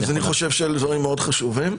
אני חושב שהדברים האלה מאוד חשובים.